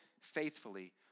faithfully